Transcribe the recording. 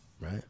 right